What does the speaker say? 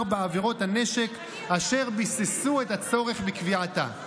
בעבירות הנשק אשר ביססו את הצורך בקביעתה,